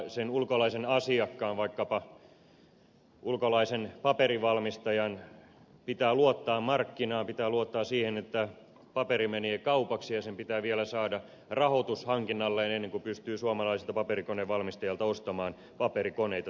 sen ulkolaisen asiakkaan vaikkapa ulkolaisen paperinvalmistajan pitää luottaa markkinaan pitää luottaa siihen että paperi menee kaupaksi ja sen pitää vielä saada rahoitus hankinnalleen ennen kuin pystyy suomalaiselta paperikonevalmistajalta ostamaan paperikoneita